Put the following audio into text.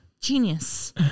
genius